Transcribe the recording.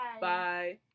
Bye